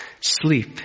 sleep